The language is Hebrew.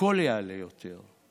הכול יעלה יותר.